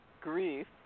grief